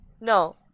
No